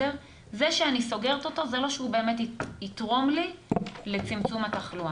זה שאני סוגרת אותו זה לא יתרום לי לצמצום התחלואה,